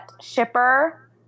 shipper